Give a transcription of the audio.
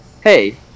hey